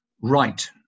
right